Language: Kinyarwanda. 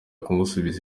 kumusubiza